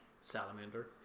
Salamander